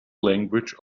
language